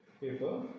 paper